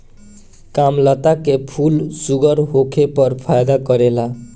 कामलता के फूल शुगर होखे पर फायदा करेला